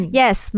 yes